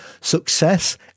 success